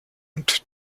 und